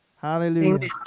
Hallelujah